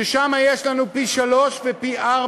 שם יש לנו מחירים של פי-שלושה ופי-ארבעה.